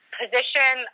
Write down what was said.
position